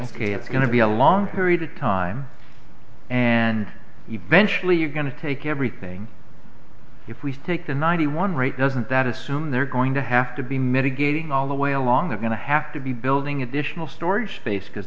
high it's going to be a long period of time and eventually you're going to take everything if we take the ninety one rate doesn't that assume they're going to have to be mitigating all the way along they're going to have to be building additional storage space because